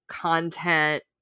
content